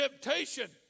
temptation